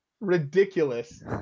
ridiculous